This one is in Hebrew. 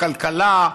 בכלכלה,